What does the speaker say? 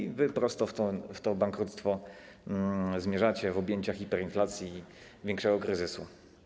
I wy prosto w to bankructwo zmierzacie - w objęcia hiperinflacji i większego kryzysu.